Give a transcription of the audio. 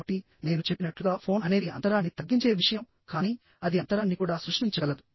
కాబట్టి నేను చెప్పినట్లుగా ఫోన్ అనేది అంతరాన్ని తగ్గించే విషయం కానీ అది అంతరాన్ని కూడా సృష్టించగలదు